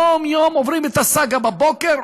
יום-יום עוברים את הסאגה בבוקר,